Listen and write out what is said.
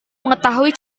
mengetahui